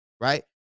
right